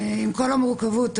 עם כל המורכבות,